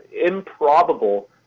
improbable